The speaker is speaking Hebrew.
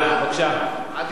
במזרח התיכון צריך לדעת